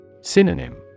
Synonym